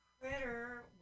Critter